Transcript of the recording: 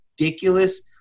ridiculous